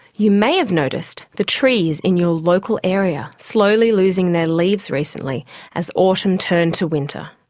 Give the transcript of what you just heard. you may have noticed the trees in your local area slowly losing their leaves recently as autumn turned to winter.